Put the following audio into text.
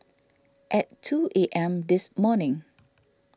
at two A M this morning